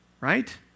Right